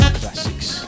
classics